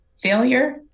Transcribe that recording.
failure